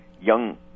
young